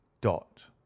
dot